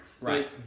Right